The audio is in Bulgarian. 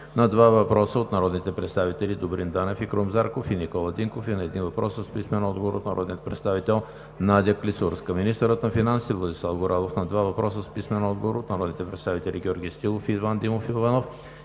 на два въпроса от народните представители Добрин Данев и Крум Зарков; и Никола Динков; и на един въпрос с писмен отговор от народния представител Надя Клисурска-Жекова; - министърът на финансите Владислав Горанов – на два въпроса с писмен отговор от народните представители Георги Стоилов и Иван Димов Иванов;